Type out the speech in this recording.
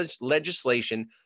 legislation